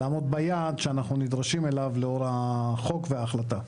לעמוד ביעד שאנחנו נדרשים אליו לאור החוק וההחלטה.